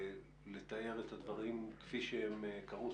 לתאר את הדברים כפי שהם קרו.